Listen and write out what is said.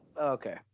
Okay